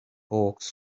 hawks